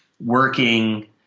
working